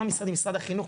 החינוך,